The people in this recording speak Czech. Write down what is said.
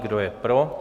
Kdo je pro?